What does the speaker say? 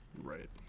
Right